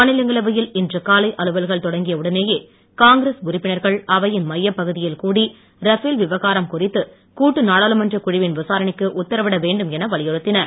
மாநிலங்களவையில் இன்று காலை அலுவல்கள் தொடங்கிய உடனேயே காங்கிரஸ் உறுப்பினர்கள் அவையின் மையப்பகுதியில் கூடி ரஃபேல் விவகாரம் குறித்து கூட்டு நாடாளுமன்றக் குழுவின் விசாரணைக்கு உத்தரவிட வேண்டும் என வலியுறுத்தினர்